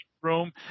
room